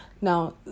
Now